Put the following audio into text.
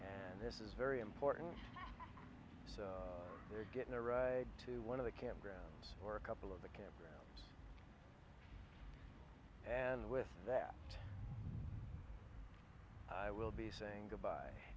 and this is very important so they're getting a right to one of the campgrounds or a couple of the kids and with that i will be saying goodbye